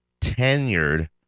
tenured